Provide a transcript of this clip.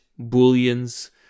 booleans